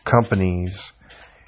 companies